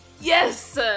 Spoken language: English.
Yes